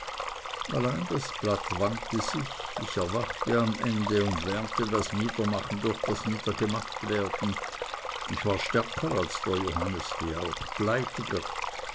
allein das blatt wandte sich ich erwachte am ende und lernte das niedermachen durch das niedergemachtwerden ich war stärker als der johannesli auch